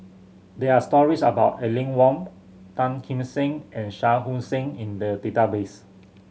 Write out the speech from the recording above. there are stories about Aline Wong Tan Kim Seng and Shah Hussain in the database